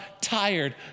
tired